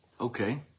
Okay